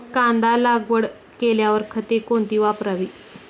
कांदा लागवड केल्यावर खते कोणती वापरावी?